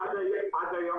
עד היום